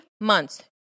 months